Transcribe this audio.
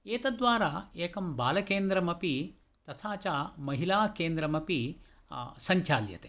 एतद्द्वारा एकं बालकेन्द्रमपि तथा च महिलाकेन्द्रमपि सञ्चाल्यते